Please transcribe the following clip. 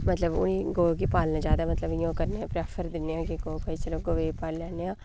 मतलब उ'नें ई गौ गी पालने जैदा मतलब इ'यां ओह् करने आं ओह् प्रैफर दिन्ने आं साढ़े गवें ई पाली लैन्ने आं